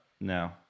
No